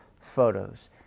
photos